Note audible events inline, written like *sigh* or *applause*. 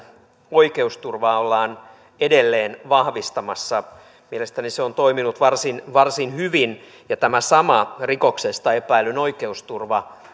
oikeusturvaa ollaan edelleen vahvistamassa mielestäni tämä on toiminut varsin varsin hyvin ja tämä sama rikoksesta epäillyn oikeusturva *unintelligible*